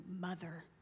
mother